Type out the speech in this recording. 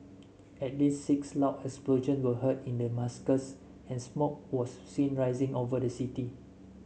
at least six loud explosion were heard in Damascus and smoke was seen rising over the city